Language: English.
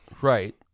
Right